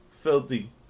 Filthy